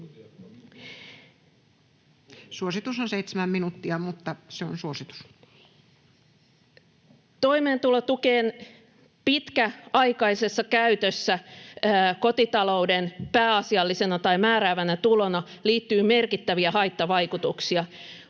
toista kertaa. En puhu enää pitkään. Toimeentulotukeen pitkäaikaisessa käytössä kotitalouden pääasiallisena tai määräävänä tulona liittyy merkittäviä haittavaikutuksia.